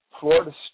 Florida